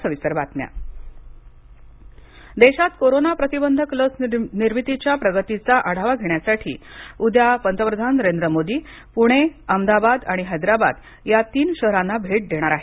पंतप्रधान देशात कोरोना प्रतिबंधक लस निर्मितीच्या प्रगतीचा आढावा घेण्यासाठी उद्या पंतप्रधान नरेंद्र मोदी पुणे अहमदाबाद आणि हैद्राबाद या तीन शहरांना भेट देणार आहेत